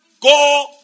go